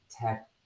tech